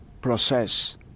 process